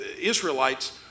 Israelites